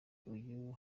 uyu